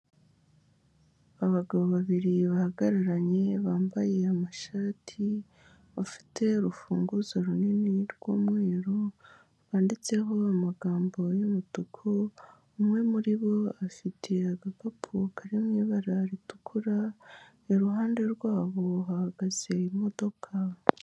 Abagabo babiri bahagararanye bambaye amashati bafite urufunguzo runini rw'umweru rwanditseho amagambo y'umutuku, umwe muribo afite agakapu karimo ibara ritukura, iruhande rw'abo bahagaze imodoka.